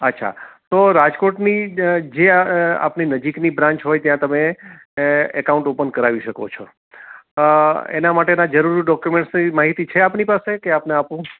અચ્છા તો રાજકોટની જે આપની નજીકની બ્રાન્ચ હોય ત્યાં તમે એકાઉન્ટ ઓપન કરાવી શકો છો એના માટેના જરૂરી ડોક્યુમેન્ટ્સની માહિતી છે આપની પાસે કે આપને આપું